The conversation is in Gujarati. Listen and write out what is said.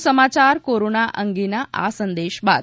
વધુ સમાચાર કોરોના અંગેના આ સંદેશ બાદ